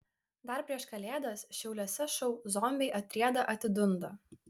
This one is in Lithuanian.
dar prieš kalėdas šiauliuose šou zombiai atrieda atidunda